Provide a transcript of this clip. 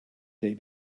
they